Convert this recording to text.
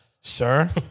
sir